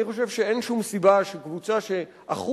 אני חושב שאין שום סיבה שקבוצה ש-1%